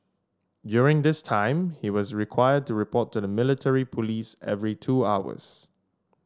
during this time he is required to report to the military police every two hours